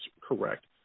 correct